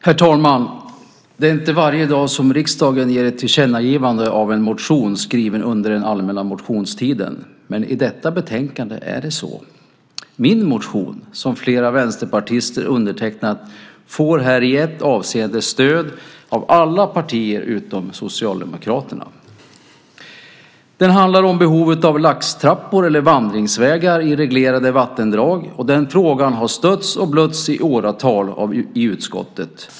Herr talman! Det är inte varje dag som riksdagen ger ett tillkännagivande av en motion skriven under den allmänna motionstiden. I detta betänkande är det så. Min motion som flera vänsterpartister undertecknat får här i ett avseende stöd av alla partier utom Socialdemokraterna. Den handlar om behovet av laxtrappor eller vandringsvägar i reglerade vattendrag. Den frågan har stötts och blötts i åratal i utskottet.